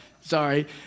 sorry